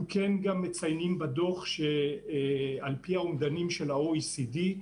ה-OECD.) אנחנו כן גם מציינים בדוח שעל-פי האומדנים של ה-OECD,